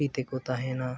ᱠᱩᱥᱤᱛᱮᱠᱚ ᱛᱟᱦᱮᱱᱟ